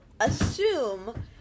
assume